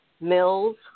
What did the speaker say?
mills